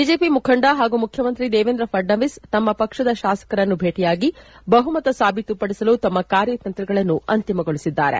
BJP ಮುಖಂಡ ಹಾಗೂ ಮುಖ್ಯಮಂತ್ರಿ ದೇವೇಂದ್ರ ಫಡ್ನವೀಸ್ ತಮ್ಮ ಪಕ್ಷದ ಶಾಸಕರನ್ನು ಭೇಟಿಯಾಗಿ ಬಹುಮತ ಸಾಬೀತುಪಡಿಸಲು ತಮ್ಮ ಕಾರ್ಯತಂತ್ರಗಳನ್ನು ಅಂತಿಮಗೊಳಿಸಿದ್ದಾರೆ